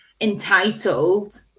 entitled